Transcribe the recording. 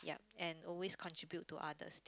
and always contribute to others